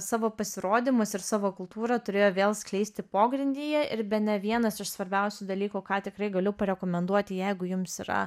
savo pasirodymus ir savo kultūrą turėjo vėl skleisti pogrindyje ir bene vienas iš svarbiausių dalykų ką tikrai galiu parekomenduoti jeigu jums yra